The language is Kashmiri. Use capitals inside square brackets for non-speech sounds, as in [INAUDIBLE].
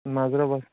نظرا [UNINTELLIGIBLE]